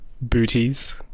Booties